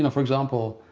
ah for example,